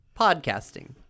Podcasting